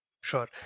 Sure